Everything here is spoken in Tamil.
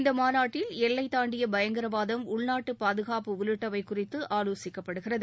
இந்த மாநாட்டில் எல்லை தாண்டிய பயங்கரவாதம் உள்நாட்டு பாதுகாப்பு உள்ளிட்டவை குறித்து ஆலோசிக்கப்படுகிறது